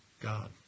God